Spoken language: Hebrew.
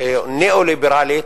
או ניאו-ליברלית.